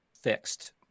fixed